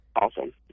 awesome